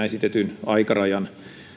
esitetyn aikarajan